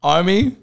Army